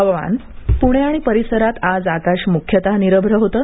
हवामान पूणे आणि परिसरात आज आकाश मुख्यतः निरश्र होतं